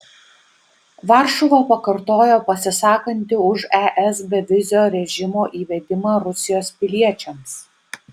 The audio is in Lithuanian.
varšuva pakartojo pasisakanti už es bevizio režimo įvedimą rusijos piliečiams